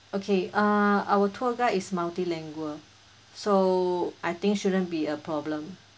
okay uh our tour guide is multilingual so I think shouldn't be a problem